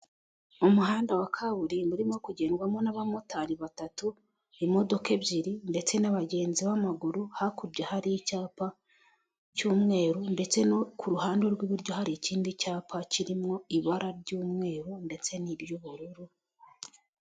Umuhanda wa kaburimbo urimo kugendwamo n'abamotari batatu imodoka ebyiri ndetse n'abagenzi b'amaguru, hakurya hari icyapa cy'umweru ndetse no ku ruhande rw'iburyo hari ikindi cyapa kirimo ibara ry'umweru ndetse ni ry'ubururu.